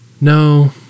No